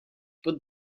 put